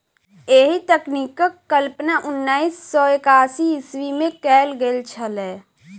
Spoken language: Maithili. एहि तकनीकक कल्पना उन्नैस सौ एकासी ईस्वीमे कयल गेल छलै